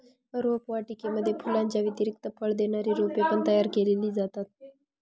रोपवाटिकेमध्ये फुलांच्या व्यतिरिक्त फळ देणारी रोपे पण तयार केली जातात